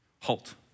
Halt